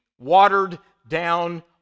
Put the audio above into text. watered-down